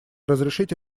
разрешите